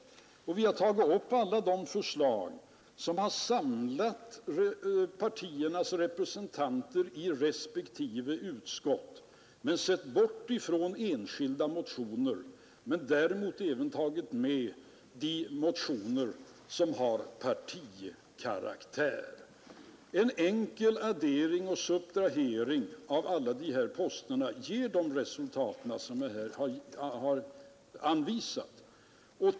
Vi har tagit upp alla de förslag som samlat partiernas representanter i respektive utskott. Vi har sett bort från enskilda motioner men däremot tagit med de motioner som har partikaraktär. En enkel addering och subtrahering av alla dessa poster ger de resultat som jag här angett.